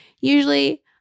Usually